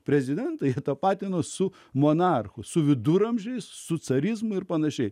prezidentai tapatinosi su monarchu su viduramžiais su carizmu ir pan